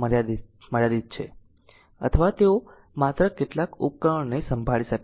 મર્યાદા છે અથવા તેઓ માત્ર કેટલાક ઉપકરણોને સંભાળી શકે છે